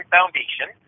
Foundation